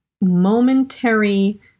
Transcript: momentary